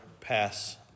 pass